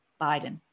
Biden